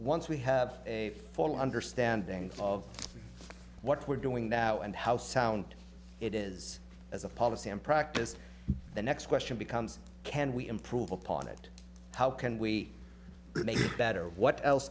once we have a full understanding of what we're doing now and how sound it is as a policy and practice the next question becomes can we improve upon it how can we make it better what else